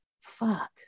Fuck